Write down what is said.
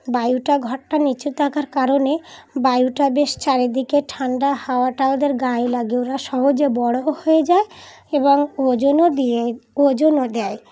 বায়ু ঘরটার নিচে থাকার কারণে বায়ুটা বেশ চারিদিকে ঠান্ডা হাওয়া টা ওদের গায়ে লাগে ওরা সহজে বড়ও হয়ে যায় এবং ওজনও দিয়ে ওজনও দেয়